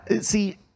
see